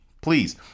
Please